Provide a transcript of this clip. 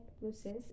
Process